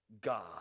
God